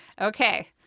Okay